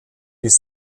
bis